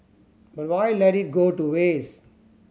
but why let it go to waste